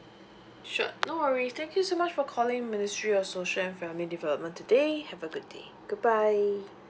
sure no worries thank you so much for calling ministry of social and family development today have a good day good bye